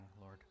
lord